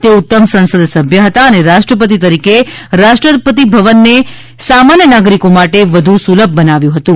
તે ઉત્તમ સંસદસભ્ય હતા અને રાષ્ટ્રપતિ તરીકે રાષ્ટ્રપતિ ભવનને સામાન્ય નાગરિકો માટે વધુ સુલભ બનાવ્યું હતું